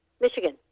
Michigan